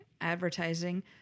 advertising